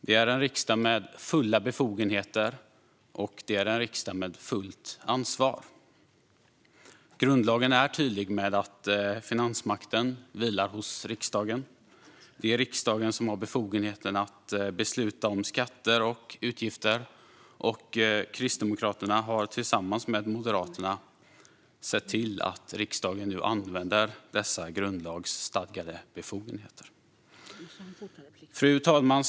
Det är en riksdag med fulla befogenheter och med fullt ansvar. Grundlagen är tydlig med att finansmakten vilar hos riksdagen. Det är riksdagen som har befogenheten att besluta om skatter och utgifter. Kristdemokraterna har tillsammans med Moderaterna sett till att riksdagen nu använder dessa grundlagsstadgade befogenheter. Fru talman!